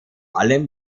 allem